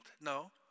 No